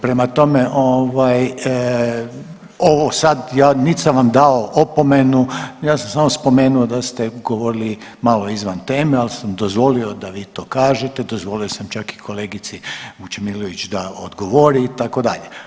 Prema tome, ovaj, ovo sad, ja nit sam vam dao opomenu, ja sam spomenuo da ste govorili malo izvan teme, ali sam dozvolio da vi to kažete, dozvolio sam čak i kolegici Vučemilović da odgovori, itd.